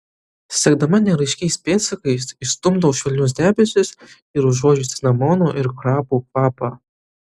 sekdama neraiškiais pėdsakais išstumdau švelnius debesis ir užuodžiu cinamonų ir krapų kvapą